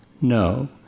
No